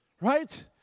right